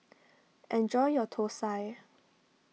enjoy your Thosai